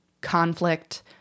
conflict